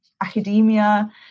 academia